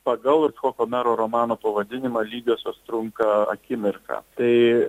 pagal icchoko mero romano pavadinimą lygiosios trunka akimirką tai